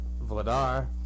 Vladar